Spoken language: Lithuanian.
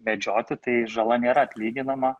medžioti tai žala nėra atlyginama